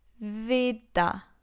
vida